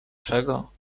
czego